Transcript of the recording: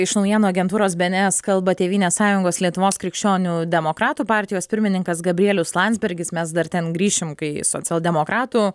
iš naujienų agentūros bėnėes kalba tėvynės sąjungos lietuvos krikščionių demokratų partijos pirmininkas gabrielius landsbergis mes dar ten grįšim kai socialdemokratų